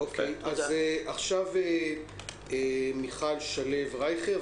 רשות הדיבור למיכל שלו רייכר,